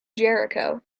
jericho